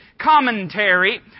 commentary